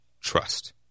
trust